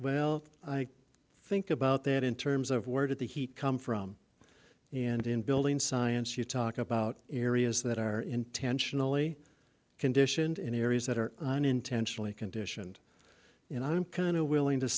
well i think about that in terms of where did the heat come from and in building science you talk about areas that are intentionally conditioned in areas that are unintentionally conditioned and i'm kind of willing to